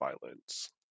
violence